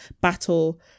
battle